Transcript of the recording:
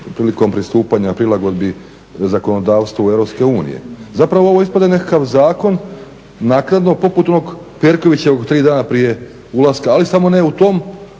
prilikom pristupanja prilagodbi zakonodavstvu Europske unije. Zapravo ovo ispada nekakav zakon naknadno poput onog Perkovičevog tri dana prije ulaska, ali samo ne u tom